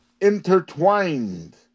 intertwined